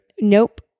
Nope